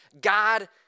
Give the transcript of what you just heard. God